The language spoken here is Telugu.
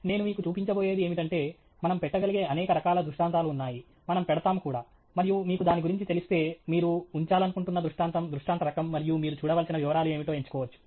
నేను మీకు చూపించబోయేది ఏమిటంటే మనం పెట్టగలిగే అనేక రకాల దృష్టాంతాలు ఉన్నాయి మనం పెడతాము కూడా మరియు మీకు దాని గురించి తెలిస్తే మీరు ఉంచాలనుకుంటున్న దృష్టాంతం దృష్టాంత రకం మరియు మీరు చూడవలసిన వివరాలు ఏమిటో ఎంచుకోవచ్చు